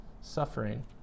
suffering